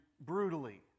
brutally